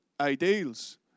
ideals